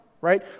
right